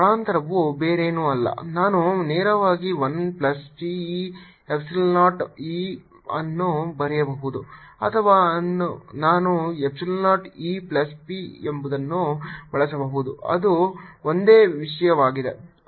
ಸ್ಥಳಾಂತರವು ಬೇರೇನೂ ಅಲ್ಲ ನಾನು ನೇರವಾಗಿ 1 plus chi e epsilon 0 E ಅನ್ನು ಬರೆಯಬಹುದು ಅಥವಾ ನಾನು ಎಪ್ಸಿಲಾನ್ 0 E ಪ್ಲಸ್ p ಸಂಬಂಧವನ್ನು ಬಳಸಬಹುದು ಅದು ಒಂದೇ ವಿಷಯವಾಗಿದೆ